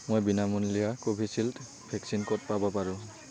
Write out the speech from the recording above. মই বিনামূলীয়া Covishield vaccine ক'ত পাব পাৰো